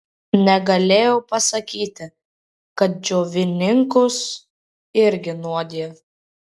negalėjau pasakyti kad džiovininkus irgi nuodija